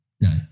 no